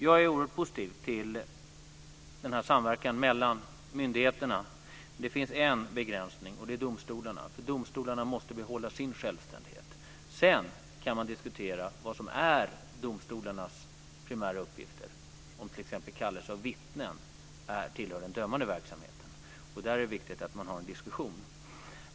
Jag är oerhört positiv till samverkan mellan myndigheter, men det finns en begränsning, och det är domstolarna. De måste behålla sin självständighet. Sedan kan man diskutera vad som är domstolarnas primära uppgifter, t.ex. om kallelse av vittnen tillhör den dömande verksamheten. Där är det viktigt att det förs en diskussion.